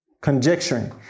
conjecturing